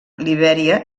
libèria